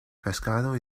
pescado